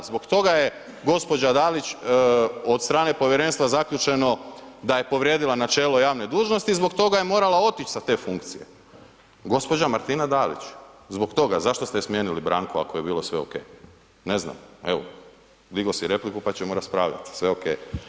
Zbog toga je gđa. Dalić, od strane povjerenstva zaključeno da je povrijedila načelo javne dužnosti i zbog toga je morala otić sa te funkcije, gđa. Martina Dalić, zbog toga, zašto ste je smijenili Branko ako je bilo sve okej, ne znam, evo, digao si repliku, pa ćemo raspravljat, sve okej.